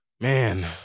Man